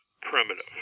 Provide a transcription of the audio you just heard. primitive